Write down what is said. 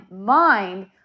mind